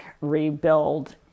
rebuild